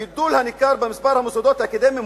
הגידול הניכר במספר המוסדות האקדמיים